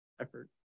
effort